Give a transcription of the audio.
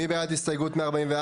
מי בעד הסתייגות 144?